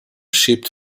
shipped